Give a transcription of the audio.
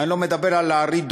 אני לא מדבר על ה-read-only,